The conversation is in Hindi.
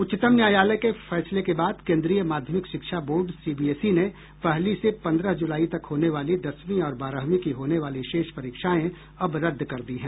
उच्चतम न्यायालय के फैसले के बाद केन्द्रीय माध्यमिक शिक्षा बोर्ड सीबीएसई ने पहली से पंद्रह जुलाई तक होने वाली दसवीं और बारहवीं की होने वाली शेष परीक्षाएं अब रद्द कर दी हैं